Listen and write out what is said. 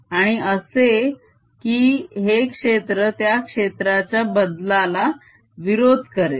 आणि असे की हे क्षेत्र त्या क्षेत्राच्या बदलाला विरोध करेल